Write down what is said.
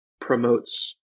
promotes